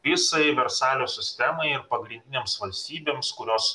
visai versalio sistemai ir pagrindinėms valstybėms kurios